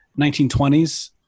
1920s